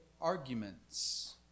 arguments